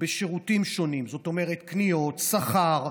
בשירותים שונים, זאת אומרת, קניות, שכר,